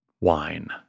wine